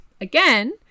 Again